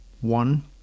one